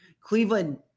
Cleveland